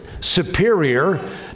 superior